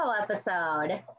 episode